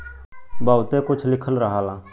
बहुते कुछ लिखल रहला